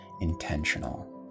intentional